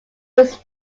was